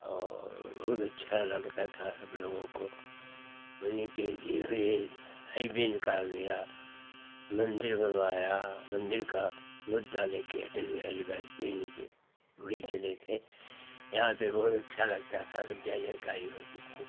और बहुत अच्छा लगता था हम लोगों को उनकी जीवी हइवे निकाल दिया मन्दिर बनवाया मन्दिर का मुद्दा लेकर अटल बिहारी वाजपेयी जैसे वही चले थे यहाँ पर बहुत अच्छा लगता था सब जय जयकारी होती थी